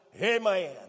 Amen